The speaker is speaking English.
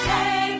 Hey